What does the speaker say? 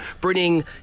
bringing